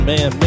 Man